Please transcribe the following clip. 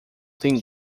tem